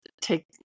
take